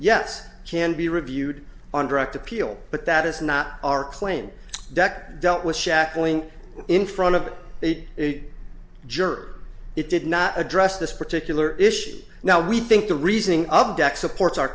yes can be reviewed on direct appeal but that is not our claim dect dealt with shackling in front of a juror it did not address this particular issue now we think the reasoning of deck supports our